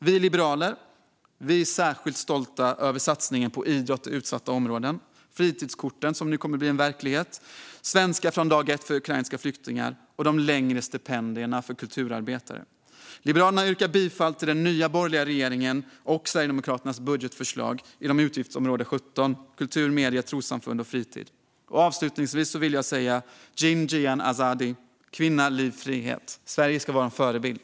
Vi liberaler är särskilt stolta över satsningen på idrott i utsatta områden, fritidskorten som nu kommer att bli verklighet, Svenska från dag ett för ukrainska flyktingar och de längre stipendierna för kulturarbetare. Liberalerna yrkar bifall till den nya borgerliga regeringens och Sverigedemokraternas budgetförslag inom utgiftsområde 17 Kultur, medier, trossamfund och fritid. Avslutningsvis vill jag säga: Jin, jiyan, azadi! Kvinna, liv, frihet! Sverige ska vara en förebild.